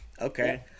Okay